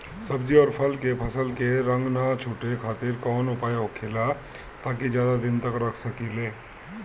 सब्जी और फल के फसल के रंग न छुटे खातिर काउन उपाय होखेला ताकि ज्यादा दिन तक रख सकिले?